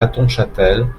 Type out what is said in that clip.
hattonchâtel